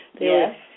Yes